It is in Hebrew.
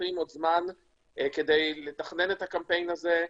צריכים עוד זמן כדי לתכנן את הקמפיין הזה,